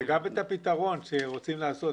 גם הפתרון שרוצים להגיע אליו.